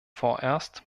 vorerst